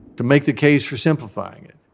to make the case for simplifying it.